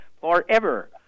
forever